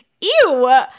Ew